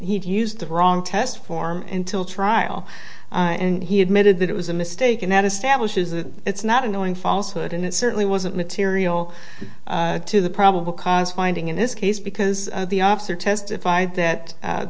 he'd used the wrong test form until trial and he admitted that it was a mistake and that establishes a it's not a knowing falsehood and it certainly wasn't material to the probable cause finding in this case because the officer testified that